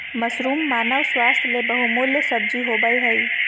mushroom मानव स्वास्थ्य ले बहुमूल्य सब्जी होबय हइ